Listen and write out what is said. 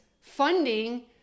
funding